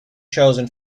chosen